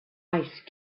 ice